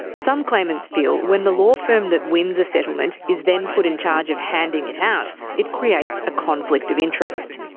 some claimants feel when the law firm that wins a settlement is then put in charge of handing it out, it creates a conflict of interest.